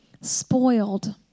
spoiled